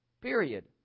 Period